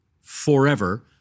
forever